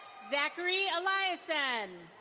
zachary aliason.